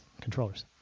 controllers